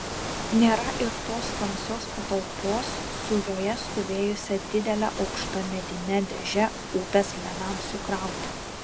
nėra ir tos tamsios patalpos su joje stovėjusia didele aukšta medine dėže upės ledams sukrauti